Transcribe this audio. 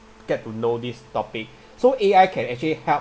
get to know this topic so A_I can actually help